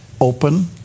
open